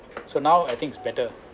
so now I think it's better